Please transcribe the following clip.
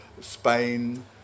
Spain